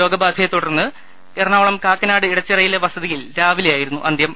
രോഗബാധയെ തുടർന്ന് എറണാകുളം കാക്കനാട് ഇടച്ചിറയിലെ വസതിയിൽ രാവിലെയായിരുന്നു അന്ത്യം